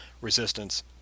Resistance